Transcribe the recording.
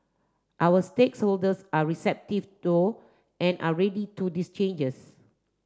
our stakes holders are receptive to and are ready for this changes